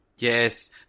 Yes